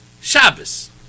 Shabbos